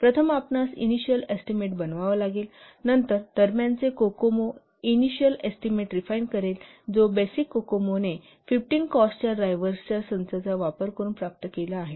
प्रथम आपणास initial estimate बनवावा लागेल नंतर intermediate COCOMO initial estimate refine करेल जो बेसिक कोकोमो ने 15 कॉस्टच्या ड्रायव्हर्सच्या संचाचा वापर करुन प्राप्त केला आहे